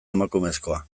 emakumezkoa